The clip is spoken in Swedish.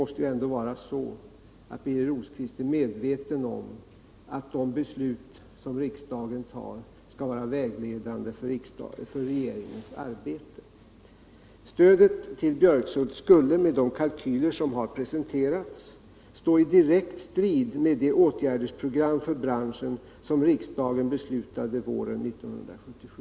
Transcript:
Birger Rosqvist måste väl ändå vara medveten om att de beslut som riksdagen fattar skall vara vägledande för regeringens arbete. Stödet till Björkshult skulle, med de kalkyler som har presenterats, stå i direkt strid med det åtgärdsprogram för branschen som regeringen fastställde på våren 1977.